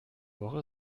woche